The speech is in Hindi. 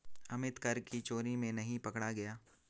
अमित कर की चोरी में नहीं पकड़ा गया